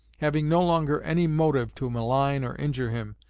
having no longer any motive to malign or injure him,